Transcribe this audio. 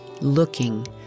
looking